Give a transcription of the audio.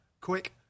quick